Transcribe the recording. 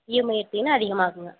EMI எடுத்தீங்கன்னா அதிகமாகுங்க